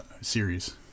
series